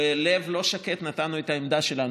בלב לא שקט נתנו את העמדה שלנו,